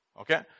Okay